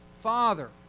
Father